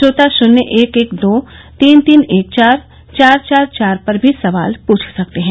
श्रोता शून्य एक एक दो तीन तीन एक चार चार चार चार पर भी सवाल पूछ सकते है